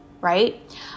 right